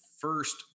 first